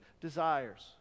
desires